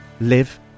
live